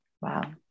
Wow